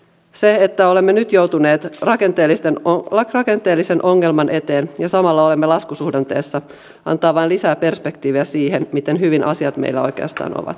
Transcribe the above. se että olemme nyt joutuneet rakenteellisen ongelman eteen ja samalla olemme laskusuhdanteessa antaa vain lisää perspektiiviä siihen miten hyvin asiat meillä oikeastaan ovat